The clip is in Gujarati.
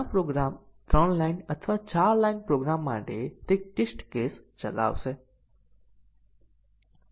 પ્રોગ્રામના પાથોને પ્રોગ્રામના કંટ્રોલ ફ્લો ગ્રાફના સંદર્ભમાં વ્યાખ્યાયિત કરવામાં આવે છે